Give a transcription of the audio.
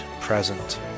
present